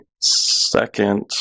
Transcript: second